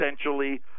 essentially